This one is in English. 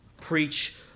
Preach